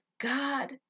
God